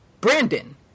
Brandon